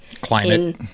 climate